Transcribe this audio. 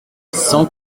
cent